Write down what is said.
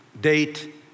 date